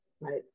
right